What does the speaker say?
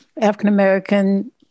African-American